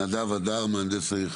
נדב הדר, מהנדס העיר חדרה.